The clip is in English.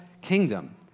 kingdom